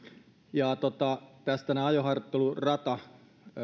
tästä nämä ajoharjoitteluratasäätiöt